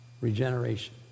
regeneration